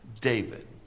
David